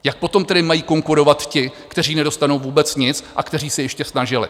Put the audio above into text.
Jak potom tedy mají konkurovat ti, kteří nedostanou vůbec nic a kteří se ještě snažili?